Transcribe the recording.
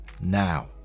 now